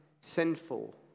sinful